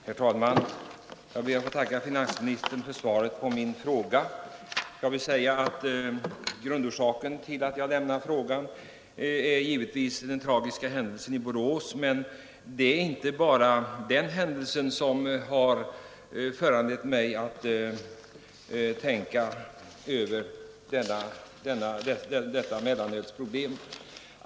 Herr talman! Jag ber att få tacka finansministern för svaret på min enkla fråga. Grundorsaken till att jag framställde frågan är givetvis den tragiska händelsen i Borås, men det är inte bara den som har föranlett mig att tänka över mellanölsproblemet.